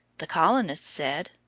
the colonists said,